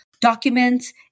documents